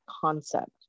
concept